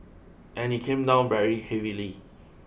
and it came down very heavily